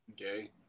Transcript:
Okay